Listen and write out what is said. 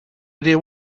idea